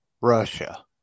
russia